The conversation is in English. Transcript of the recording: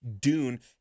Dune